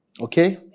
Okay